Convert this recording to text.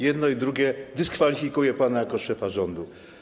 Jedno i drugie dyskwalifikuje pana jako szefa rządu.